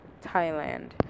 thailand